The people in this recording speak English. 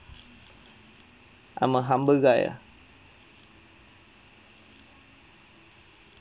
I'm a humble guy ah